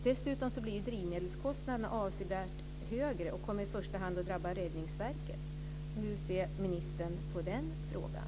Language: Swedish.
Dessutom blir drivmedelskostnaderna avsevärt högre och kommer i första hand att drabba Räddningsverket. Hur ser ministern på den frågan?